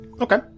Okay